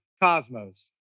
cosmos